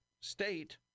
state